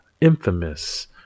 infamous